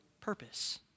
purpose